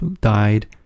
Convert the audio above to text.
died